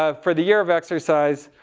ah for the year of exercise,